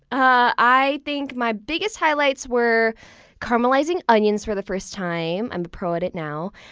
i think my biggest highlights were caramelizing onions for the first time i'm a pro at it now.